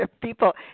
People